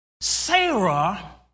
Sarah